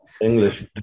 English